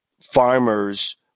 farmers